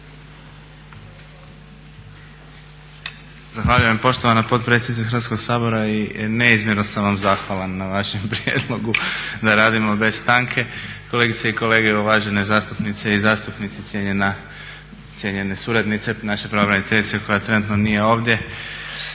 Zahvaljujem poštovana potpredsjednice Hrvatskog sabora. Neizmjerno sam vam zahvalan na vašem prijedlogu da radimo bez stanke. Kolegice i kolege, uvažene zastupnice i zastupnici, cijenjene suradnice, naša pravobraniteljice koja trenutno nije ovdje.